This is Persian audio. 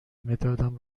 مدادم